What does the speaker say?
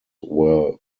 were